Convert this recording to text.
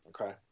okay